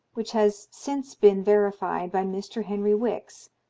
which has since been verified by mr. henry wix,